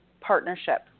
partnership